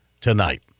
tonight